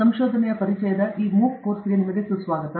ಸಂಶೋಧನೆಗೆ ಪರಿಚಯದ ಈ MOOC ಕೋರ್ಸ್ಗೆ ಸುಸ್ವಾಗತ